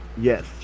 yes